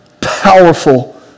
powerful